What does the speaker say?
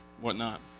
whatnot